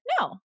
no